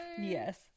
yes